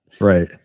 Right